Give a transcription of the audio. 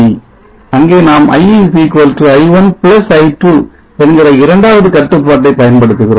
அங்கே நாம் i i1 i2 என்கிற இரண்டாவது கட்டுப்பாட்டை பயன்படுத்துகிறோம்